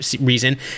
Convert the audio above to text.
reason